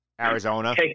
Arizona